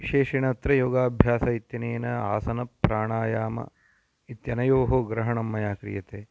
विशेषेण अत्र योगाभ्यास इत्यनेन आसनप्राणायाम इत्यनयोः ग्रहणं मया क्रियते